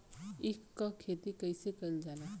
ईख क खेती कइसे कइल जाला?